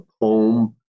home